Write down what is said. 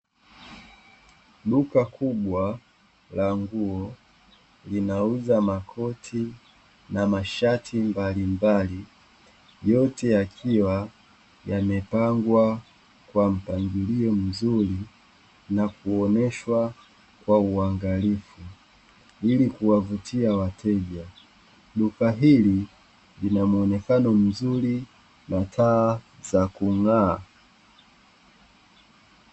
Duka kubwa la nguo linauza makoti na mashati mbalimbali yote yakiwa yamepangwa kwa mpangilio mzuri, na kuoneshwa kwa uangalifu ili kuwavutia wateja. Duka hili linamuonekano mzuri na taa za kung'aa.